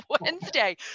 Wednesday